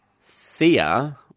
Thea